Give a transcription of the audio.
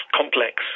complex